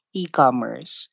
e-commerce